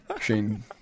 Shane